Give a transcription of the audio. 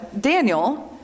Daniel